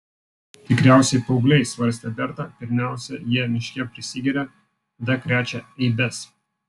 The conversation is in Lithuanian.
tikriausiai paaugliai svarstė berta pirmiausia jie miške prisigeria tada krečia eibes